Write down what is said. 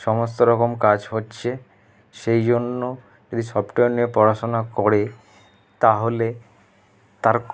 সমস্ত রকম কাজ হচ্ছে সেই জন্য যদি সফ্টওয়্যার নিয়ে পড়াশোনা করে তাহলে তার